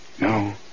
No